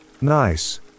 Nice